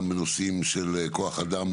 גם בנושאים של כוח אדם